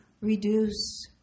reduce